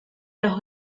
los